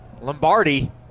Lombardi